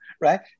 right